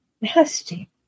Nasty